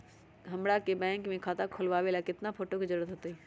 हमरा के बैंक में खाता खोलबाबे ला केतना फोटो के जरूरत होतई?